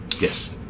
yes